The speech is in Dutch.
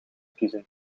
kiezen